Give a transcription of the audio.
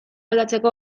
aldatzeko